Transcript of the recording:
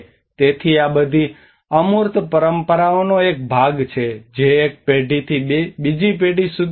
તેથી આ બધી અમૂર્ત પરંપરાઓનો એક ભાગ છે જે એક પેઢીથી બીજી પેઢી સુધી જાય છે